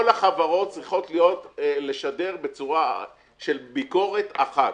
כל החברות צריכות לשדר בצורה של ביקורת אחת.